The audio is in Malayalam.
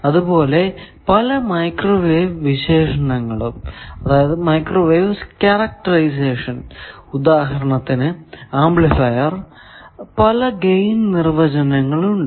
അതുപോലെ പല മൈക്രോവേവ് വിശേഷണങ്ങൾക്കും ഉദാഹരണത്തിന് അപ്ലിഫൈർ പല ഗൈൻ നിർവ്വചനങ്ങൾ ഉണ്ട്